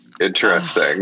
interesting